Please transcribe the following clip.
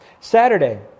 Saturday